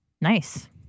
nice